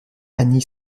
annie